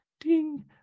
ding